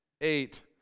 eight